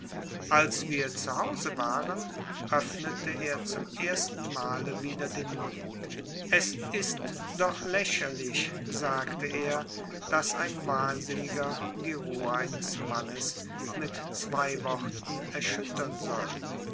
als wir zu hause waren öffnete er zum ersten male wieder den mund es ist doch lächerlich sagte er daß ein wahnsinniger die ruhe eines mannes mit zwei worten erschüttern soll